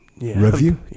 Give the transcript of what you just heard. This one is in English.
Review